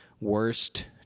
worst